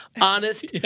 Honest